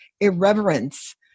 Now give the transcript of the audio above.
irreverence